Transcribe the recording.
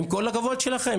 עם כל הכבוד שלכם,